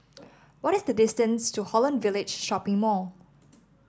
what is the distance to Holland Village Shopping Mall